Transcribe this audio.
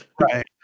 right